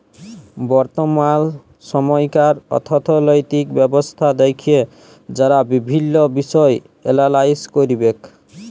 বর্তমাল সময়কার অথ্থলৈতিক ব্যবস্থা দ্যাখে যারা বিভিল্ল্য বিষয় এলালাইস ক্যরবেক